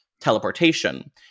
teleportation